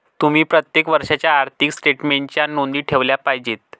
तुम्ही प्रत्येक वर्षाच्या आर्थिक स्टेटमेन्टच्या नोंदी ठेवल्या पाहिजेत